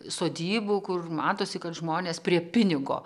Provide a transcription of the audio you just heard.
sodybų kur matosi kad žmonės prie pinigo